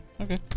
Okay